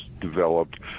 developed